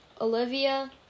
Olivia